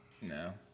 No